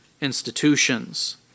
institutions